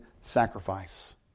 sacrifice